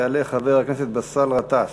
יעלה חבר הכנסת באסל גטאס,